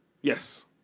Yes